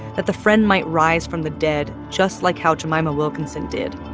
that the friend might rise from the dead just like how jemima wilkinson did.